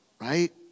right